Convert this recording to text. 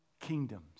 kingdoms